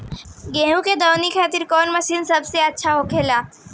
गेहु के दऊनी खातिर कौन मशीन सबसे अच्छा होखेला?